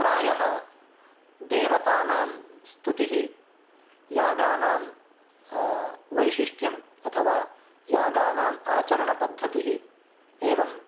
प्रायः देवतानां स्तुतिः यागानां वैशिष्ट्यम् अथवा यागानाम् आचरणपद्धतिः एवं